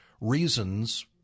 reasons